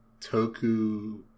Toku